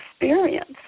experience